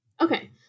Okay